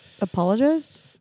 apologized